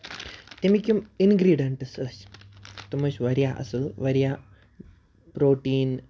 تَمِکۍ یِم اِنگریٖڈینٛٹٔس ٲسۍ تِم ٲسۍ واریاہ اَصٕل واریاہ پرٛوٹیٖن